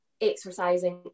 exercising